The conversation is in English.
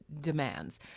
demands